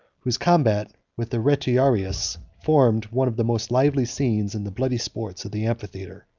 whose combat with the retiarius formed one of the most lively scenes in the bloody sports of the amphitheatre.